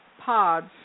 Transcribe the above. pods